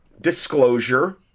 disclosure